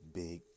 big